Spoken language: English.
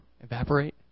evaporate